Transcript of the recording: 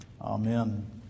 amen